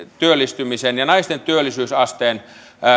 työllistymisen ja naisten työllisyysasteen